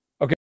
Okay